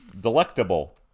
delectable